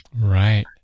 Right